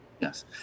Yes